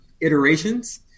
iterations